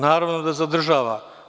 Naravno da zadržava.